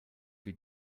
für